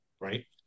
right